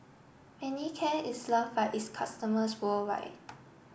Manicare is love by its customers worldwide